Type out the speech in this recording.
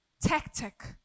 tactic